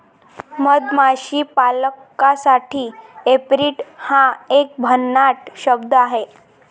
मधमाशी पालकासाठी ऍपेरिट हा एक भन्नाट शब्द आहे